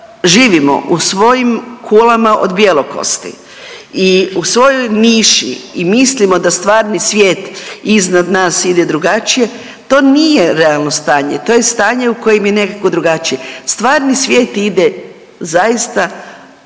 živimo u svojim kulama od bjelokosti i u svojoj niši i mislimo da stvarni svijet iznad nas ide drugačije to nije realno stanje, to je stanje u kojem je nekako drugačije. Stvarni svijet ide zaista